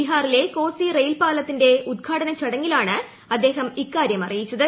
ബിഹാറിലെ കോസി റെയിൽ പാലത്തിന്റെ ഉദ്ഘാടന ചടങ്ങിലാണ് അദ്ദേഹം ഇക്കാരൃം അറിയിച്ചത്